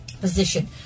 Position